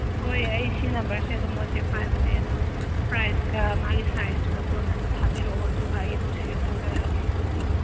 ꯍꯣꯏ ꯑꯩ ꯁꯤ ꯅꯝꯕꯔꯁꯦ ꯑꯗꯨꯝ ꯋꯥꯆꯦꯞ ꯄꯥꯏꯕꯅꯦ ꯑꯗꯣ ꯄ꯭ꯔꯥꯏꯁꯀ ꯃꯥꯒꯤ ꯁꯥꯏꯁꯇꯨꯒ ꯀꯣꯅꯅ ꯊꯥꯕꯤꯔꯛꯑꯣ ꯑꯗꯨꯒ ꯑꯩ ꯑꯗꯨꯝ ꯁꯦꯂꯦꯛ ꯇꯧꯖꯔꯛꯑꯒꯦ